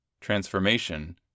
transformation